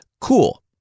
Cool